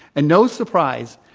and no surprise,